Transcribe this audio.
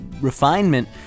Refinement